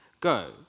go